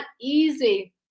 easy